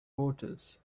voters